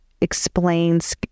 explains